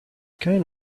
kind